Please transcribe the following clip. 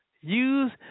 Use